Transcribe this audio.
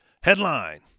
Headline